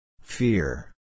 Fear